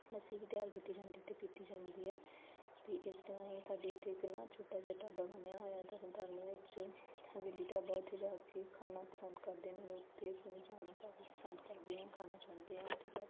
ਲੱਸੀ ਵੀ ਤਿਆਰ ਕੀਤੀ ਜਾਂਦੀ ਅਤੇ ਪੀਤੀ ਜਾਂਦੀ ਹੈ ਅਤੇ ਇਸ ਤਰ੍ਹਾਂ ਹੀ ਸਾਡੇ ਉੱਥੇ ਇੱਕ ਨਾ ਛੋਟਾ ਜਿਹਾ ਢਾਬਾ ਬਣਿਆ ਹੋਇਆ ਏ ਤਰਨ ਤਾਰਨ ਵਿੱਚ ਹਵੇਲੀ ਢਾਬਾ ਉੱਥੇ ਜਾ ਕੇ ਖਾਣਾ ਪਸੰਦ ਕਰਦੇ ਨੇ ਲੋਕ ਅਤੇ ਅਸੀਂ ਪਸੰਦ ਕਰਦੇ ਹਾਂ ਖਾਣਾ ਚਾਹੁੰਦੇ ਹਾਂ ਉੱਥੇ ਜਾ ਕੇ